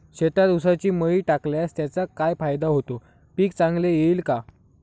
शेतात ऊसाची मळी टाकल्यास त्याचा काय फायदा होतो, पीक चांगले येईल का?